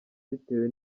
bitewe